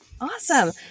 Awesome